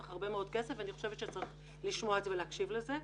צריך הרבה מאוד כסף ואני חושבת שצריך לשמוע את זה ולהקשיב לזה.